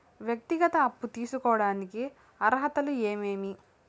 వ్యక్తిగత అప్పు తీసుకోడానికి అర్హతలు ఏమేమి